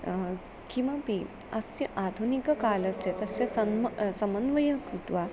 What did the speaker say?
किमपि अस्य आधुनिककालस्य तस्य सम् समन्वयं कृत्वा